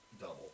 double